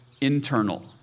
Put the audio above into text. internal